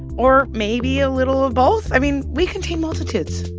or maybe a little of both? i mean, we contain multitudes.